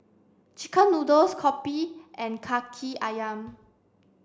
chicken noodles Kopi and Kaki Ayam